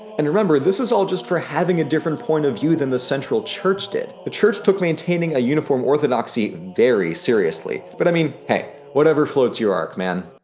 and remember, this is all just for having a different point of view than the central church did. the church took maintaining a uniform orthodoxy very seriously, but i mean, hey, whatever floats your ark, man.